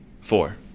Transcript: Four